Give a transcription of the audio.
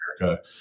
America